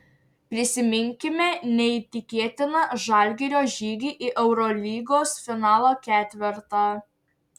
prisiminkime neįtikėtiną žalgirio žygį į eurolygos finalo ketvertą